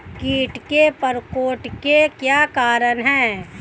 कीट के प्रकोप के क्या कारण हैं?